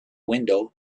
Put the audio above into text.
window